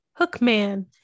Hookman